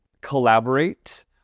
collaborate